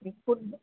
food